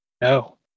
No